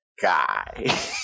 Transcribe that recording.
guy